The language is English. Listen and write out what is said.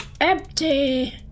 Empty